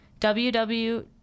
www